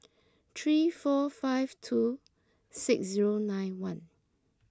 three four five two six zero nine one